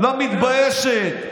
לא מתביישת.